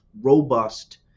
robust